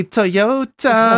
Toyota